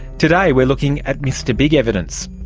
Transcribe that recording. today we are looking at mr big evidence.